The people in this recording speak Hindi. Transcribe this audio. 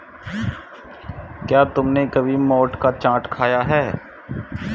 क्या तुमने कभी मोठ का चाट खाया है?